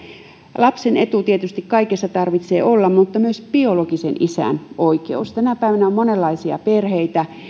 lapsen etu tietysti tarvitsee olla kaikessa mutta myös biologisen isän oikeus tänä päivänä on monenlaisia perheitä